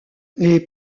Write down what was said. les